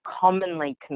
commonly